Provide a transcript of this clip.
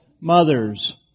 mothers